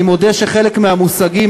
אני מודה שחלק מהמושגים,